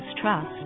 Trust